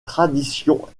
traditions